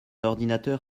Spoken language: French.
ordinateur